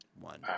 one